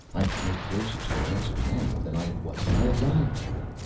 i'm no closer to an answer now than i was when i arrived here.